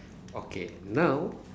okay now